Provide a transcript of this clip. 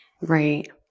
Right